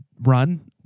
run